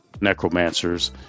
necromancers